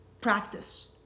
practice